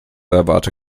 erwarte